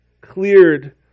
cleared